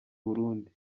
burundi